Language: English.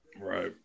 Right